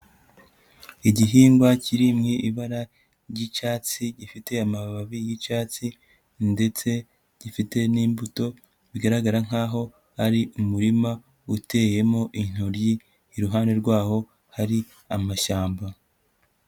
Igihingwa kiri mu ibara ry'icyatsi, gifite amababi y'icyatsi ndetse gifite n'imbuto, bigaragara nkaho ari umurima uteyemo intoryi, iruhande rwaho hari amashyamba.